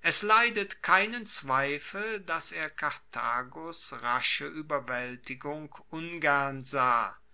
es leidet keinen zweifel dass er karthagos rasche ueberwaeltigung ungern sah